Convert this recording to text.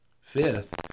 Fifth